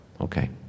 Okay